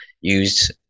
use